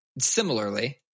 similarly